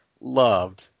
loved